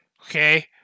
Okay